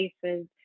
places